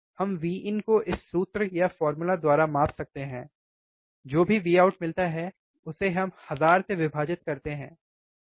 हम Vin को इस सूत्र द्वारा माप सकते हैं जो भी Vout मिलता है उसे हम हजार से विभाजित करते हैं क्यों